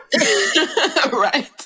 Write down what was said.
Right